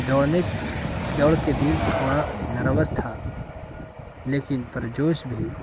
دوڑنے دوڑ کے دن تھوڑا نروس تھا لیکن پرجوش بھی